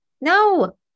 No